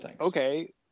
okay